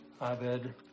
Abed